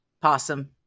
Possum